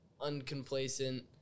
uncomplacent